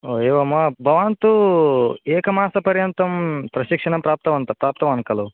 हो एवं वा भवान् तु एकमासपर्यन्तं प्रशिक्षणं प्राप्तवन्तः प्राप्तवान् खलु